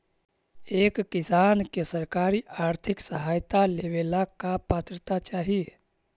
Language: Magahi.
एक किसान के सरकारी आर्थिक सहायता लेवेला का पात्रता चाही?